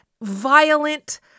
violent